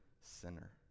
sinner